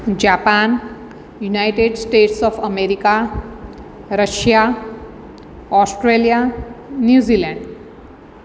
Japan United States of America Russia Australia New Zealand